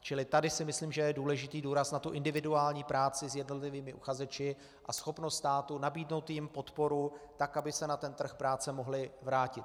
Čili tady si myslím, že je důležitý důraz na individuální práci s jednotlivými uchazeči a schopnost státu nabídnout jim podporu tak, aby se na trh práce mohli vrátit.